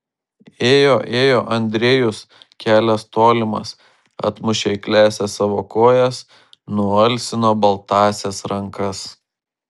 ėjo ėjo andrejus kelias tolimas atmušė eikliąsias savo kojas nualsino baltąsias rankas